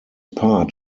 part